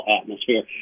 atmosphere